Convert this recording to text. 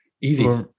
Easy